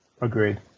Agreed